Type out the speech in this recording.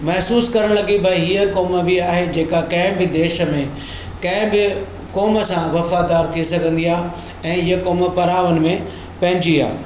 महिसूसु करण लॻी भई इहा क़ौम बि आहे जेका कंहिं बि देश में कंहिं बि क़ौम सां वफ़ादार थी सघंदी आहे ऐं इहा क़ौम परावनि में पंहिंजी आहे